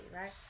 Right